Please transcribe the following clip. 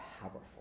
powerful